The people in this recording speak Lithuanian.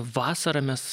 vasarą mes